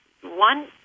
One